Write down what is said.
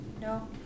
No